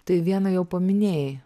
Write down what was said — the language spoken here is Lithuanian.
tai vieną jau paminėjai